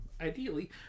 ideally